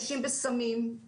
אני מכירה את זה מעצמי 15 שנה.